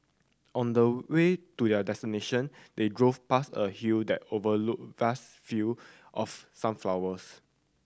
on the way to their destination they drove past a hill that overlooked vast field of sunflowers